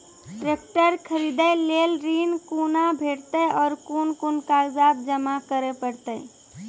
Tractor खरीदै लेल ऋण कुना भेंटते और कुन कुन कागजात जमा करै परतै?